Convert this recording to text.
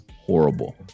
horrible